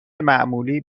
معمولی